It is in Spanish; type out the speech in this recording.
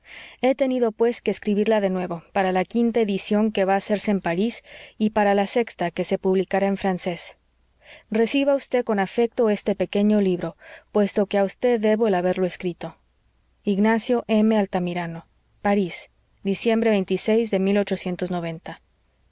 he tenido pues que escribirla de nuevo para la quinta edición que va a hacerse en parís y para la sexta que se publicará en francés reciba vd con afecto este pequeño libro puesto que a vd debo el haberlo escrito ignacio m altamirano parís diciembre de